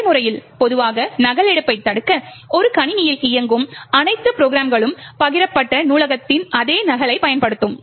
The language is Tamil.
நடைமுறையில் பொதுவாக நகலெடுப்பைத் தடுக்க ஒரு கணினியில் இயங்கும் அனைத்து ப்ரொக்ராம்களும் பகிரப்பட்ட நூலகத்தின் அதே நகலைப் பயன்படுத்தும்